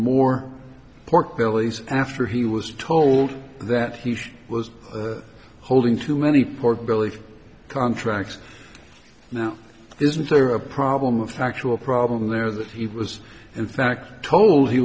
more pork bellies after he was told that he was holding too many pork belly contracts now isn't there a problem of factual problem there that he was in fact told he